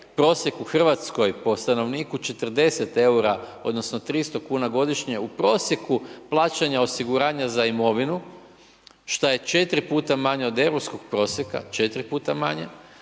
prosjek u Hrvatskoj po stanovniku 300 kuna godišnje, u prosjeku plaćanja osiguranja za imovinu šta je 4 puta manje od Europskog prosjeka, 4 puta manje,